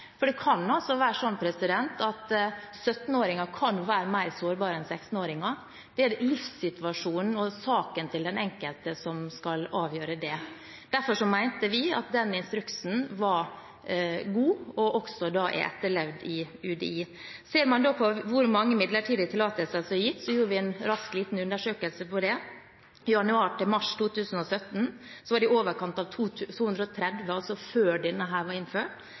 for det kan være sånn at 17-åringer kan være mer sårbare enn 16-åringer. Det er livssituasjonen og saken til den enkelte som skal avgjøre det. Derfor mente vi at instruksen var god og også er etterlevd i UDI. Man kan se hvor mange midlertidige tillatelser som er gitt; vi gjorde en rask liten undersøkelse på det. Fra januar til mars 2017 ble det gitt i overkant av 230 midlertidige tillatelser, altså før denne instruksen ble innført.